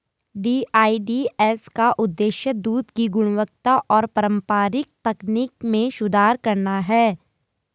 DEDS का उद्देश्य दूध की गुणवत्ता और पारंपरिक तकनीक में सुधार करना है